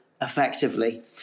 effectively